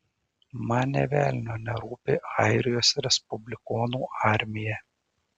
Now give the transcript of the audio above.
man nė velnio nerūpi airijos respublikonų armija